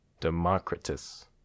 democritus